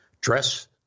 Dress